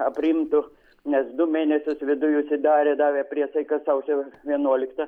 aprimtų nes du mėnesius viduj užsidarę davė priesaiką sausio vienuoliktą